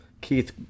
keith